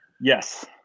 Yes